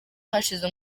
hashize